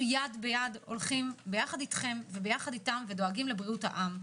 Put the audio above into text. הולכים יד ביד יחד איתכם ויחד איתם ודואגים לבריאות העם.